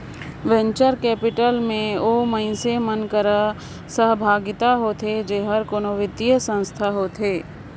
venture capital में ओ मइनसे मन कर सहभागिता होथे जेहर कोनो बित्तीय संस्था होथे